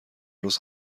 روز